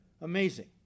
Amazing